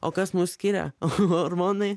o kas mus skiria hormonai